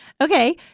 Okay